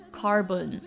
carbon